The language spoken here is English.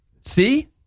See